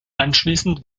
anschließend